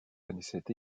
connaissaient